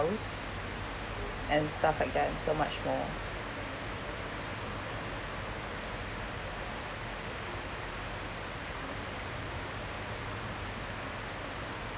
and stuff like that and so much more